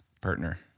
partner